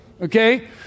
okay